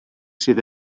sydd